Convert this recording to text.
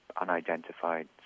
unidentified